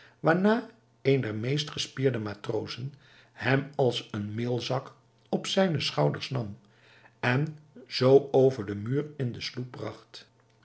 waarna een der meest gespierde matrozen hem als een meelzak op zijne schouders nam en zoo over den muur in de sloep bragt